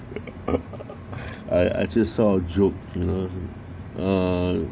I I just saw a joke you know err